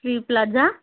hill plaza